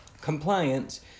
Compliance